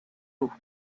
eau